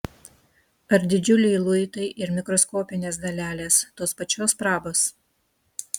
ar didžiuliai luitai ir mikroskopinės dalelės tos pačios prabos